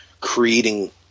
creating